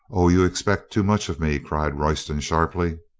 oh, you expect too much of me, cried royston sharply.